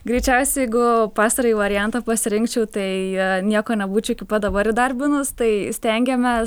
greičiausiai jeigu pastarąjį variantą pasirinkčiau tai nieko nebūčiau iki pat dabar įdarbinus tai stengiamės